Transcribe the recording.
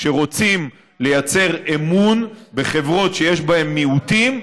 כשרוצים לייצר אמון בחברות שיש בהן מיעוטים,